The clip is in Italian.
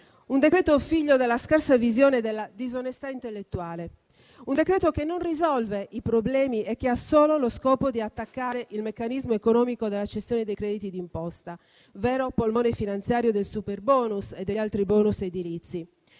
Un decreto figlio della scarsa visione e della disonestà intellettuale; un decreto che non risolve i problemi e che ha solo lo scopo di attaccare il meccanismo economico della cessione dei crediti di imposta, vero polmone finanziario del superbonus e degli altri *bonus* edilizi.